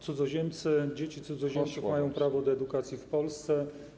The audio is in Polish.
Cudzoziemcy, dzieci cudzoziemców mają prawo do edukacji w Polsce.